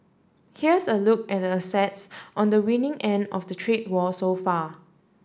here's a look at the assets on the winning end of the trade war so far